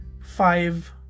five